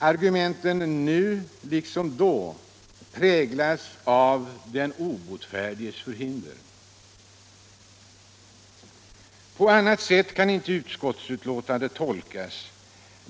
Argumenten präglas nu liksom då av den obotfärdiges förhinder. På annat sätt kan inte utskottsbetänkandet tolkas.